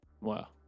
wow